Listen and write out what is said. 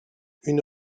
une